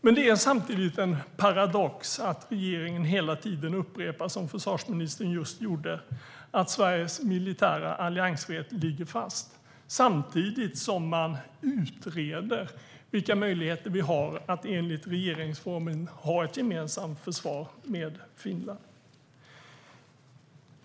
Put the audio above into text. Men det är samtidigt en paradox att regeringen hela tiden upprepar, som försvarsministern just gjorde, att Sveriges militära alliansfrihet ligger fast, samtidigt som man utreder vilka möjligheter som finns att enligt regeringsformen ha ett gemensamt försvar med Finland.